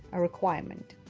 a requirement.